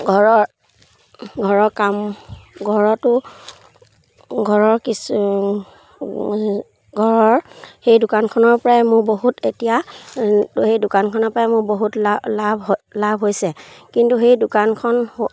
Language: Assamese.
ঘৰৰ ঘৰৰ কাম ঘৰতো ঘৰৰ কিছু ঘৰৰ সেই দোকানখনৰ পৰাই মোৰ বহুত এতিয়া সেই দোকানখনৰ পৰাই মোৰ বহুত লাভ লাভ লাভ হৈছে কিন্তু সেই দোকানখন